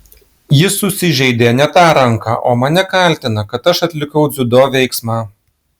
jis susižeidė ne tą ranką o mane kaltina kad aš atlikau dziudo veiksmą